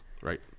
Right